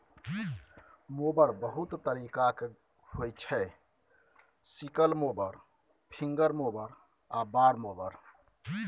mower बहुत तरीकाक होइ छै सिकल मोबर, फिंगर मोबर आ बार मोबर